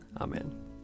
Amen